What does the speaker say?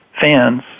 fans